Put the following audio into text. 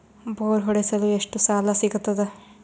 Bore ಹೊಡೆಸಲು ಎಷ್ಟು ಸಾಲ ಸಿಗತದ?